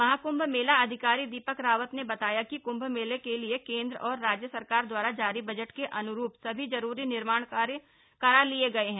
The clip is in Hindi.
महाकृभ मेला अधिकारी दीपक रावत ने बताया कि कृंभ मेले के लिए केंद्र और राज्य सरकार द्वारा जारी बजट के अन्रूप सभी जरूरी निर्माण कार्य करा लिए गए हैं